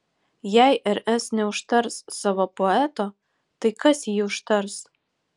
jei rs neužtars savo poeto tai kas jį užtars